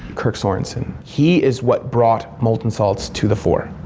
kirk sorensen, he is what brought molten salts to the fore.